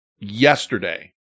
yesterday